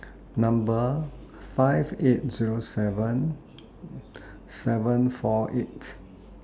Number five eight Zero seven seven four eight